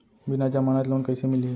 बिना जमानत लोन कइसे मिलही?